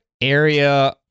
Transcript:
area